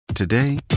Today